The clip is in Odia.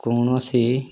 କୌଣସି